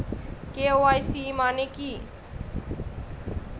KYC মানে কী?